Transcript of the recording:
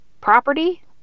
property